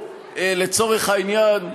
לצורך העניין,